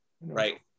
right